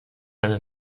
eine